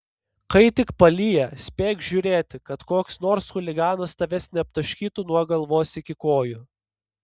kai tik palyja spėk žiūrėti kad koks nors chuliganas tavęs neaptaškytų nuo galvos iki kojų